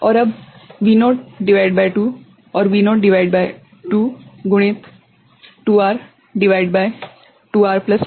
और अब V0 भागित 2 और V0 भागित 2 गुणित 2R भागित 2R प्लस 2R